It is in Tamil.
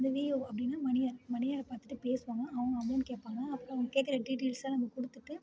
விஏஓ அப்படின்னா மணியன் மணியன்ந பார்த்துட்டு பேசுவாங்க அவங்க அப்புறம் அவங்க கேட்குற டிடையால்ச நம்ம கொடுத்துட்டு